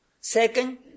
Second